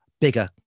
bigger